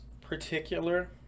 particular